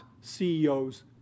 CEOs